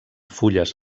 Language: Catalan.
fulles